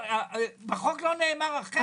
בחוק לא נאמר אחרת.